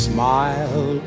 Smile